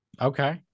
Okay